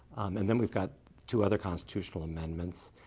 and then we've got two other constitutional amendments,